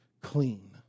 clean